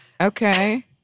Okay